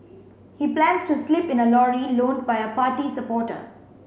he plans to sleep in a lorry loaned by a party supporter